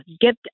get